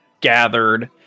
gathered